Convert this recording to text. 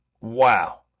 Wow